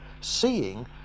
seeing